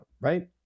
right